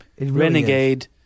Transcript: renegade